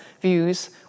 views